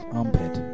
Armpit